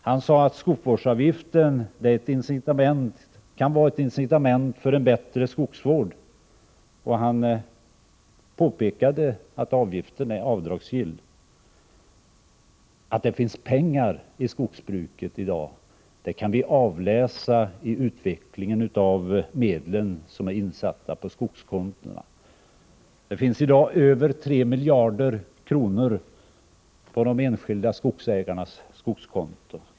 Han sade att skogsvårdsavgiften kan vara ett incitament för en bättre skogsvård, och han påpekade att avgiften är avdragsgill. Att det finns pengar i skogsbruket i dag kan vi avläsa på utvecklingen av de medel som är insatta på skogskonton. Det finns i dag över 3 miljarder kronor på de enskilda skogsägarnas skogskonton.